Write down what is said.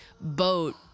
boat